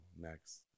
next